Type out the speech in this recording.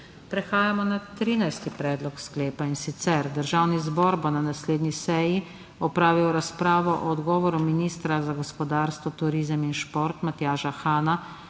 Prehajamo na trinajsti predlog sklep, in sicer: Državni zbor bo na naslednji seji opravil razpravo o odgovoru ministra za gospodarstvo, turizem in šport Matjaža Hana